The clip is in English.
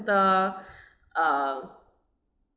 ~ter uh